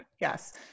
yes